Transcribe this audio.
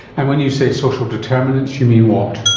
and when you say social determinants, you mean what?